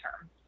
term